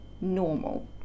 normal